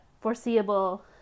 foreseeable